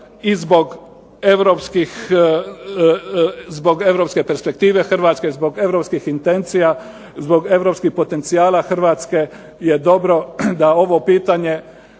i zbog europske perspektive Hrvatske, zbog europskih intencija, zbog europskih potencijala Hrvatske je dobro da ovo pitanje